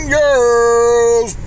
girls